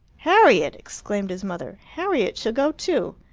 harriet! exclaimed his mother. harriet shall go too.